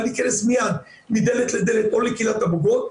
להכנס מיד מדלת לדלת או לקהילת הבוגרות,